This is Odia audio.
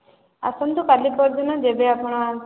ଆପଣତ କାଲି ପହରଦିନ ଯେବେ ଆପଣ